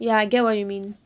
ya I get what you mean